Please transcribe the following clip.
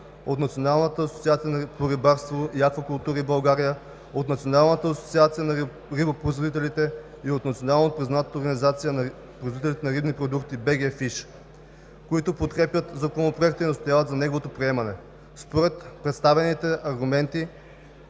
от Националната асоциация по рибарство и аквакултури в България, от Националната асоциация на рибопроизводителите и от Национално признатата организация на производителите на рибни продукти – БГ ФИШ, които подкрепят Законопроекта и настояват за неговото приемане. Според представените аргументи,